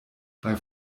bei